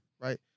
Right